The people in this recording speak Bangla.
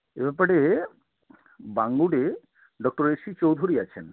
এ ব্যাপারে বাঙ্গুরে ডক্টর এ সি চৌধুরী আছেন